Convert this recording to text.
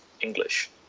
English